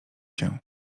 się